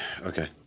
Okay